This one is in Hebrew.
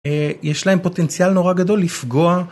יש להם פוטנציאל נורא גדול לפגוע.